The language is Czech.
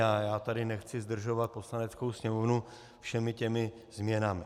A já tady nechci zdržovat Poslaneckou sněmovnu všemi těmi změnami.